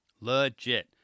Legit